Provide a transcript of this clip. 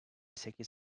sekiz